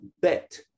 bet